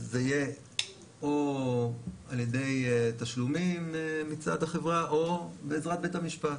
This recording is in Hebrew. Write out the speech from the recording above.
זה יהיה או על ידי תשלומים מצד החברה או בעזרת בית המשפט.